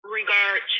regard